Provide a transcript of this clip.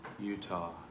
Utah